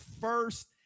first